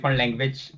language